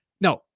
no